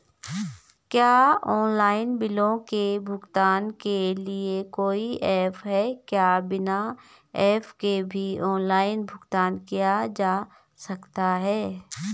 क्या ऑनलाइन बिलों के भुगतान के लिए कोई ऐप है क्या बिना ऐप के भी ऑनलाइन भुगतान किया जा सकता है?